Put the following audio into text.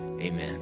Amen